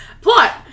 Plot